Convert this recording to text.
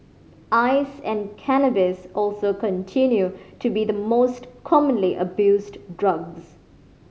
ice and cannabis also continue to be the most commonly abused drugs